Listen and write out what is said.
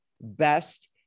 best